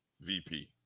VP